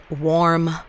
warm